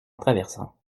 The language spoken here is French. traversant